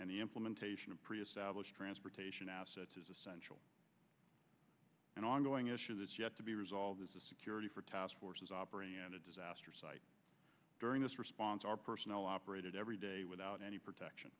the implementation of pre established transportation assets is essential and ongoing issue that's yet to be resolved as a security for task forces operating in a disaster site during this response our personnel operated every day without any protection